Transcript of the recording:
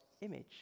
image